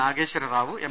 Nageswara Rao M